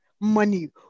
money